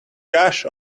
gash